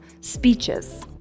speeches